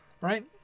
Right